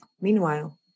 Meanwhile